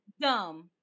dumb